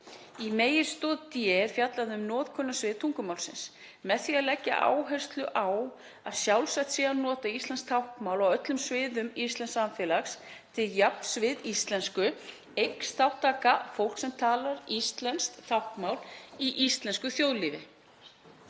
Í meginstoð d er fjallað um notkunarsvið tungumálsins. Með því að leggja áherslu á að sjálfsagt sé að nota íslenskt táknmál á öllum sviðum íslensks samfélags til jafns við íslensku eykst þátttaka fólks sem talar íslenskt táknmál í íslensku þjóðlífi.